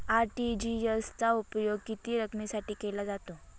RTGS चा उपयोग किती रकमेसाठी केला जातो?